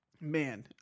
Man